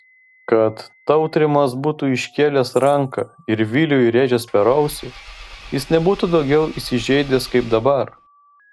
kad tautrimas būtų iškėlęs ranką ir viliui rėžęs per ausį jis nebūtų daugiau įsižeidęs kaip dabar